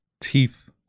teeth